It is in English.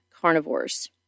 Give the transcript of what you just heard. carnivores